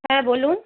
হ্যাঁ বলুন